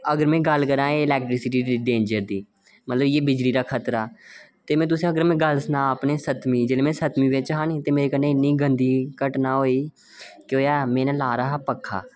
अगर में गल्ल करां एह् इलैक्ट्रिसिटी डेंजर दी मतलसब इयै बिजली दा खतरा ते में तुसेंगी गल्ल सनांऽ सतमीं जेल्लै में सतमीं बिच हा निं ते मेरे कन्नै इन्नी गंदी घटना होई ते केह् होआ में ना लाये दा हा पक्खा